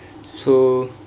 so